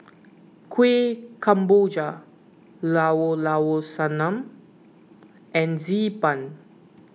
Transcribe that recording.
Kuih Kemboja Llao Llao Sanum and Xi Ban